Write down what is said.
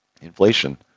Inflation